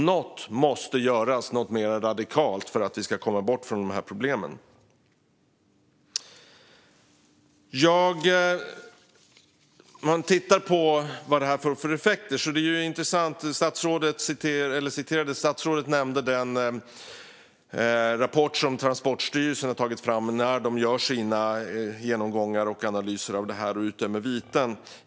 Något måste göras, något mer radikalt, för att vi ska komma bort från de här problemen. När det gäller vad det här får för effekter är det intressant att statsrådet nämnde den rapport som Transportstyrelsen tar fram när de gör sina genomgångar och analyser av det här och utdömer viten.